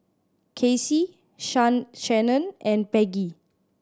Kacey Shannan and Peggie